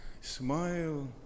smile